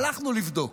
הלכנו לבדוק.